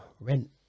rent